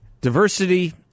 diversity